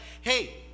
hey